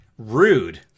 Rude